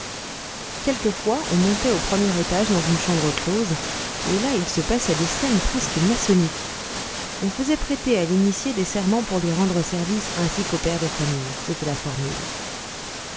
quelquefois on montait au premier étage dans une chambre close et là il se passait des scènes presque maçonniques on faisait prêter à l'initié des serments pour lui rendre service ainsi qu'aux pères de famille c'était la formule